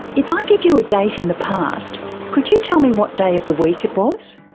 if i give you a date in the past could you tell me what day of the week it was?